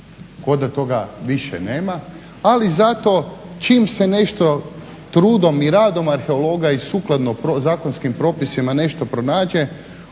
Kao da toga više nema, ali zato čim se nešto trudom i radom arheologa i sukladno zakonskim propisima nešto pronađe